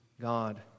God